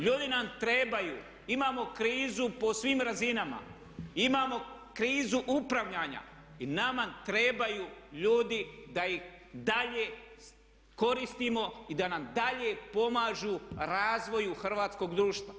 Ljudi nam trebaju, imamo krizu po svim razinama, imamo krizu upravljanja i nama trebaju ljudi da ih dalje koristimo i da nam dalje pomažu, razvoju hrvatskog društva.